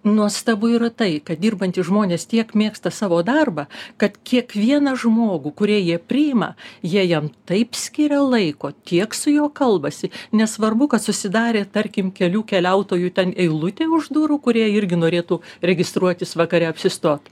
nuostabu yra tai kad dirbantys žmonės tiek mėgsta savo darbą kad kiekvieną žmogų kurie jie priima jie jam taip skiria laiko tiek su juo kalbasi nesvarbu kad susidarė tarkim kelių keliautojų ten eilutė už durų kurie irgi norėtų registruotis vakare apsistot